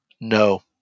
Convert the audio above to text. no